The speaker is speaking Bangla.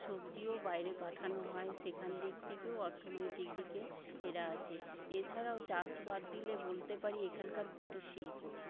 সবজিও বাইরে পাঠানো হয় সেখান দিক থেকেও অর্থনৈতিক দিকে এরা আছে এছাড়াও চাষ বাদ দিলে বলতে পারি এখানকার কুটির শিল্প